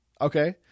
Okay